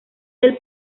del